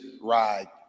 ride